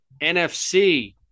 NFC